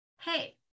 Hey